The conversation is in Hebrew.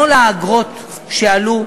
כל האגרות שעלו,